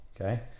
okay